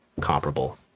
comparable